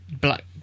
Black